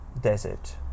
desert